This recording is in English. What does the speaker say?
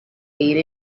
ate